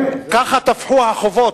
ככה תפחו החובות.